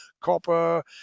copper